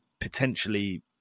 potentially